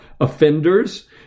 offenders